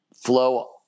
flow